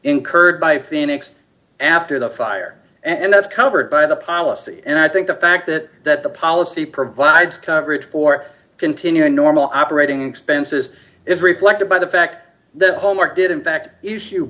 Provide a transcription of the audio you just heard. incurred by phoenix after the fire and that's covered by the policy and i think the fact that that the policy provides coverage for continuing normal operating expenses is reflected by the fact that homework did in fact if you